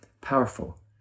Powerful